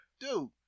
Dude